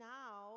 now